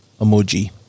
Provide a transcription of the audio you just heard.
emoji